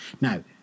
Now